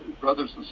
brothers